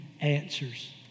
answers